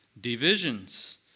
divisions